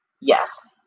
Yes